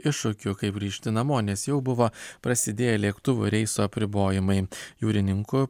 iššūkiu kaip grįžti namo nes jau buvo prasidėję lėktuvų reisų apribojimai jūrininkų